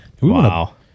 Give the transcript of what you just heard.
wow